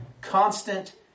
Constant